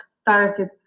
started